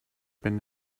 been